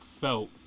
felt